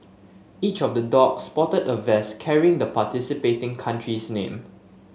each of the dog sported a vest carrying the participating country's name